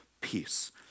peace